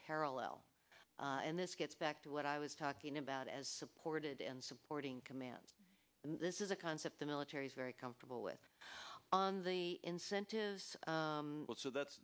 parallel and this gets back to what i was talking about as supported and supporting commands this is a concept the military is very comfortable with on the incentives so that's